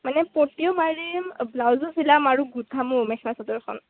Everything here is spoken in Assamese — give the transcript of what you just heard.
মানে পতিও মাৰিম ব্লাউজো চিলাম আৰু গুঠামো মেখেলা চাদৰখন